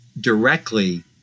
directly